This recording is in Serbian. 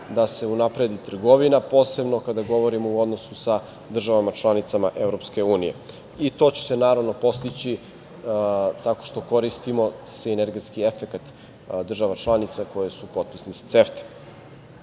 da se unapredi trgovina, posebno kada govorimo u odnosu sa državama članicama Evropske unije. I to će se, naravno, postići tako što koristimo sinergetski efekat država članica koje su potpisnice